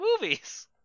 movies